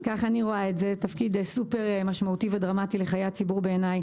תפקיד סופר דרמטי ומשמעותי לחיי הציבור בעיניי.